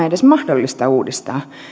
edes mahdollista uudistaa